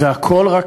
לקריאה ראשונה.